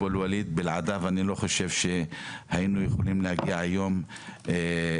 בלעדיו אני לא חושב שהיינו יכולים להגיע היום להכרה,